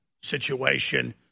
situation